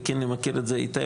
וח"כ קינלי מכיר את זה היטב,